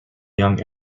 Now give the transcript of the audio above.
young